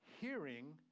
hearing